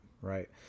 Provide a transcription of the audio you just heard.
Right